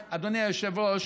אדוני היושב-ראש,